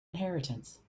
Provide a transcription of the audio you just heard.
inheritance